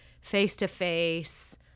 face-to-face